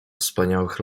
wspaniałych